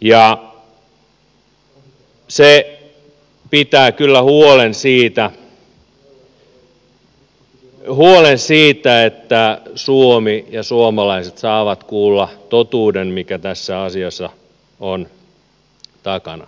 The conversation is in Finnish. ja se pitää kyllä huolen siitä että suomi ja suomalaiset saavat kuulla totuuden mikä tässä asiassa on takana